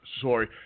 sorry